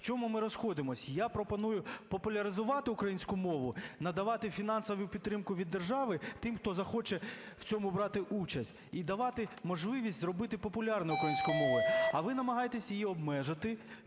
В чому ми розходимось? Я пропоную популяризувати українську мову, надавати фінансову підтримку від держави тим, хто захоче в цьому брати участь, і давати можливість зробити популярною українську мову. А ви намагаєтесь її обмежити,